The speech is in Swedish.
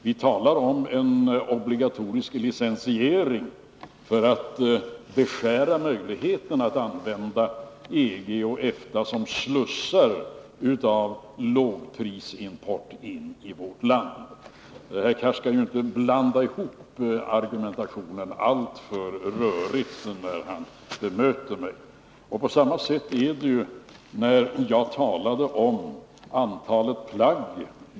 Vi talar om en obligatorisk licensiering för att beskära möjligheten att använda EG och EFTA som slussar för lågprisimport in i vårt land. Herr Cars skall inte göra argumentationen alltför rörig när han bemöter mig. På samma sätt är det med det jag sade om antalet plagg.